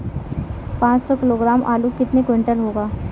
पाँच सौ किलोग्राम आलू कितने क्विंटल होगा?